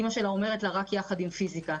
אימא שלה אומרת לה: רק יחד עם פיזיקה.